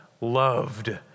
loved